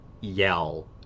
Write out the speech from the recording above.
yell